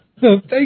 Thank